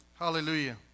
Hallelujah